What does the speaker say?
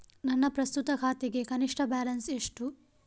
ನನ್ನ ಪ್ರಸ್ತುತ ಖಾತೆಗೆ ಕನಿಷ್ಠ ಬ್ಯಾಲೆನ್ಸ್ ಎಷ್ಟು?